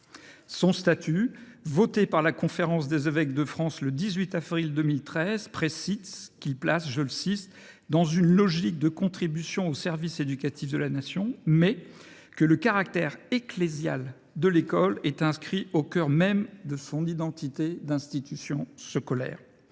Son statut, adopté par la Conférence des évêques de France le 18 avril 2013, précise qu’il se place « dans une logique de contribution au service éducatif de la Nation », mais que « le caractère ecclésial de l’école est inscrit au cœur même de son identité d’institution scolaire